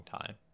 time